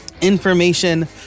information